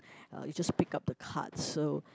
uh you just pick up the card so